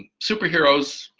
and superheroes,